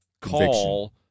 call